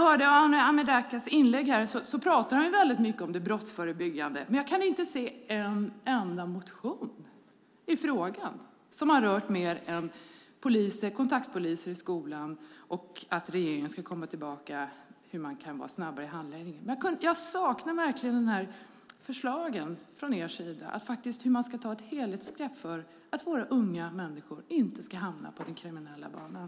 Arhe Hamednaca pratade i sitt inlägg mycket om det brottsförebyggande arbetet, men jag har inte sett en enda motion i frågan som har rört mer än poliser, kontaktpoliser i skolan och att regeringen ska komma tillbaka med förslag om snabbare handläggning. Jag saknar verkligen förslagen från er sida. Hur ska man ta ett helhetsgrepp så att våra unga människor inte ska hamna på den kriminella banan?